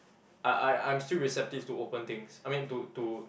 I I I'm still receptive to open things I mean to to